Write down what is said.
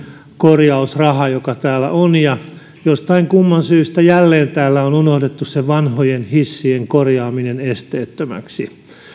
korjausraha joka täällä on mutta jostain kumman syystä jälleen on unohdettu vanhojen hissien korjaaminen esteettömäksi